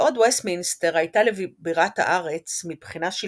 בעוד וסטמינסטר הייתה לבירת הארץ מבחינה שלטונית־אדמיניסטרטיבית,